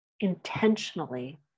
intentionally